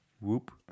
Whoop